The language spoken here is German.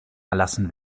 erlassen